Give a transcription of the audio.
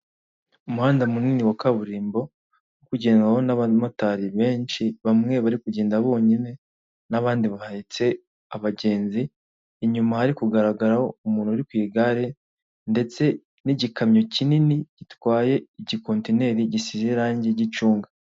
Umuhanda munini wa kaburimbo, uri kugendwaho n'abamotari benshi, bamwe bari kugenda bonyine n'abandi bahetse abagenzi, inyuma hari kugaragaraho umuntu uri ku igare ndetse n'igikamyo kinini gitwaye igikontineri gisize irangi ry'icunga.